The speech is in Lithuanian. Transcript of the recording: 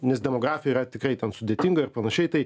nes demografija yra tikrai ten sudėtinga ir panašiai tai